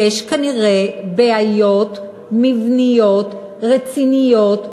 יש כנראה בעיות מבניות רציניות,